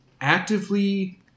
actively